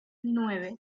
nueve